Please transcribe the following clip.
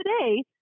today